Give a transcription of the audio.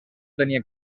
tenia